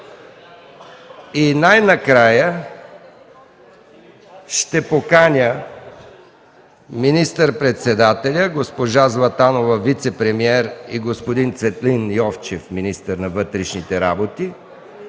събрание. Ще поканя и министър-председателя, госпожа Златанова – вицепремиер, и господин Цветлин Йовчев – министър на вътрешните работи,